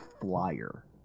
flyer